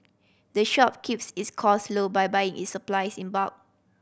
the shop keeps its cost low by buying its supplies in bulk